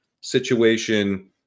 situation